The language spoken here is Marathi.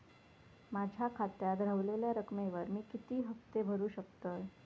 माझ्या खात्यात रव्हलेल्या रकमेवर मी किती हफ्ते भरू शकतय?